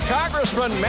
Congressman